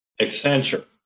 Accenture